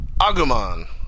Agumon